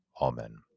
Amen